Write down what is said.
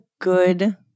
good